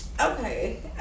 Okay